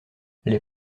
les